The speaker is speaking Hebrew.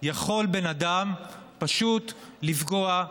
יכול בן אדם פשוט לפגוע,